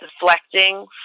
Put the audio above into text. deflecting